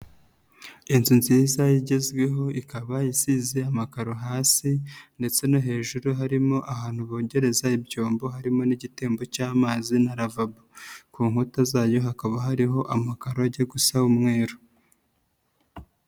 Inzu nziza igezweho ikaba isize amakaro hasi ndetse no hejuru harimo ahantu bogereza ibyombo harimo n'igitembo cy'amazi na ravabo, ku nkuta zayo hakaba hariho amakaro ajya gusa umweru.